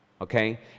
Okay